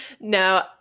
no